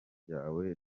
ryawe